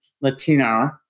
Latino